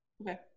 Okay